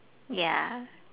ya